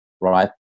right